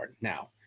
now